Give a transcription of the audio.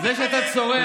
עודד,